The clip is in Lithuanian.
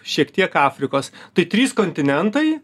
šiek tiek afrikos tai trys kontinentai